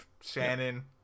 shannon